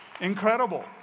Incredible